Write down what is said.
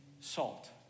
salt